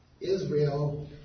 Israel